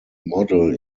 model